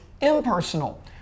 impersonal